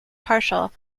partial